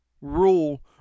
rule